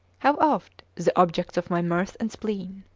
how oft! the objects of my mirth and spleen.